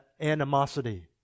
animosity